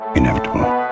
Inevitable